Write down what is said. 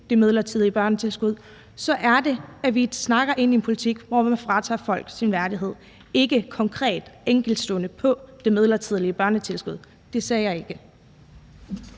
det midlertidige børnetilskud, så er det, at vi snakker ind i en politik, hvor man fratager folk deres værdighed, og ikke konkret, enkeltstående i forhold til det midlertidige børnetilskud; det sagde jeg ikke.